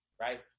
right